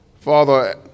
father